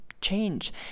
change